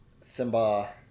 simba